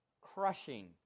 crushing